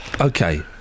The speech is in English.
Okay